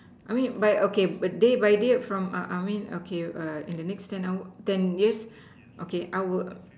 I mean by okay by day by day from uh uh I mean okay err in the next ten hours ten years okay I will